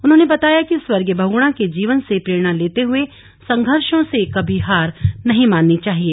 उन्होंने कहा कि स्वर्गीय बहुगुणा के जीवन से प्रेरणा लेते हुए संघर्षों से कभी हार नहीं माननी चाहिए